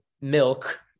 milk